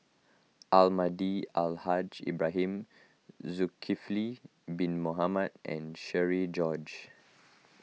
Almahdi Al Haj Ibrahim Zulkifli Bin Mohamed and Cherian George